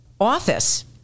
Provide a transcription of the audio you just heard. office